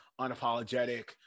unapologetic